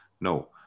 no